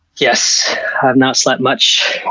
yes, i've not slept much.